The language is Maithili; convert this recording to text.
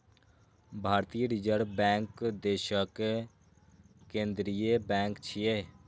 भारतीय रिजर्व बैंक देशक केंद्रीय बैंक छियै